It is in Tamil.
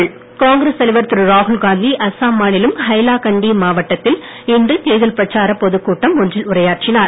ராகுல்காந்தி காங்கிரஸ் தலைவர் திரு ராகுல்காந்தி இன்று அசாம் மாநிலம் ஹைலாகண்டி மாவட்டத்தில் இன்று தேர்தல் பிரச்சாரப் பொதுக் கூட்டம் ஒன்றில் உரையாற்றினார்